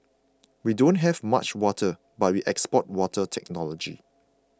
we don't have much water but we export water technology